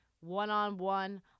one-on-one